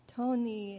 Tony